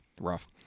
Rough